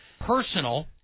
personal